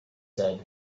said